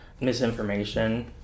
misinformation